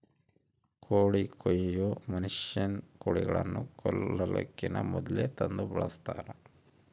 ಕೋಳಿ ಕೊಯ್ಯೊ ಮಷಿನ್ನ ಕೋಳಿಗಳನ್ನ ಕೊಲ್ಲಕಿನ ಮೊದ್ಲೇ ತಂದು ಬಳಸ್ತಾರ